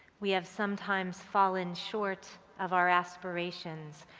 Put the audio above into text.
we have sometimes fallen short of our aspirations.